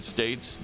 States